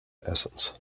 essence